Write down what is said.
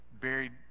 buried